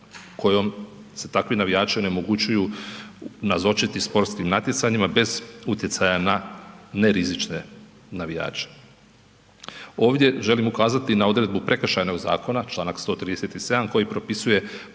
kojom se takvi navijači onemogućuju nazočiti sportskim natjecanjima bez utjecaja na nerizične navijače. Ovdje želim ukazati na odredbu prekršajnog zakona, čl. 137. koji propisuje